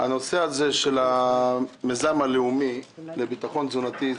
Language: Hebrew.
הנושא של המיזם הלאומי לביטחון תזונתי,